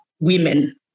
women